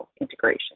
integration